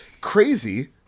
Crazy